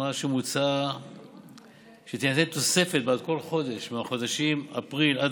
מוצע שתינתן תוספת בעד כל חודש מהחודשים אפריל עד